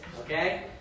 okay